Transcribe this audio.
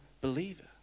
believer